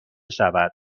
شود